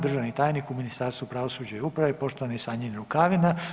Državni tajnik u Ministarstvu pravosuđa i uprave poštovani Sanjin Rukavina.